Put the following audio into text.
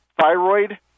thyroid